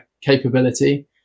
capability